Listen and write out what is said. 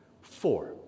Four